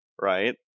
right